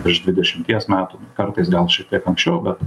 virš dvidešimties metų kartais gal šiek tiek anksčiau bet